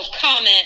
comment